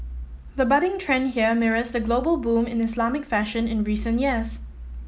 the budding trend here mirrors the global boom in Islamic fashion in recent years